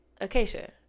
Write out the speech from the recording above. Acacia